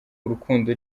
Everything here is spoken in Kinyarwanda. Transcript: urukundo